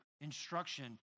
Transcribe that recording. instruction